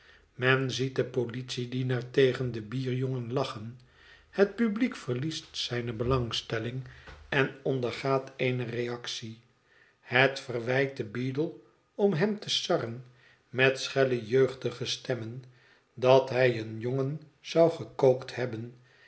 men ziet den politiedienaar tegen don bierjongen lachen het publiek verliest zijne belangstelling en ondergaat eene reactie het verwijt den beadle om hem te sarren met schelle jeugdige stemmen dat hij een jongen zou gekookt hebben